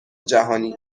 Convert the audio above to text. جهانی